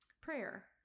prayer